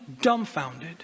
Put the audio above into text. dumbfounded